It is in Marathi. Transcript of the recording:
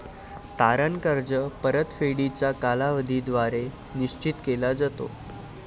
तारण कर्ज परतफेडीचा कालावधी द्वारे निश्चित केला जातो